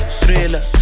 thriller